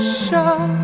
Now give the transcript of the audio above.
show